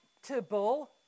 acceptable